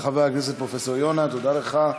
תודה לך, חבר הכנסת פרופסור יונה, תודה לך.